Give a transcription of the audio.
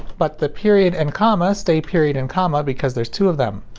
but the period and comma stay period and comma because there's two of them.